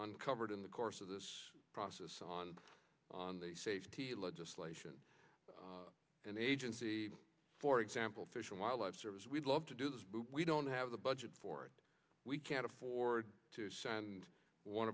covered in the course of this process on on the safety legislation an agency for example fish and wildlife service we'd love to do this but we don't have the budget for it we can't afford to send one